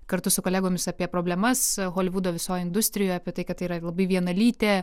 kartu su kolegomis apie problemas holivudo visoj industrijoj apie tai kad tai yra labai vienalytė